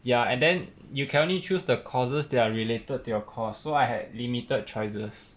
ya and then you can only choose the courses that are related to your course so I had limited choices